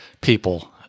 people